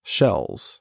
Shells